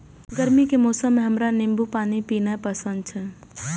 गर्मी के मौसम मे हमरा नींबू पानी पीनाइ पसंद छै